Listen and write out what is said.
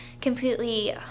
completely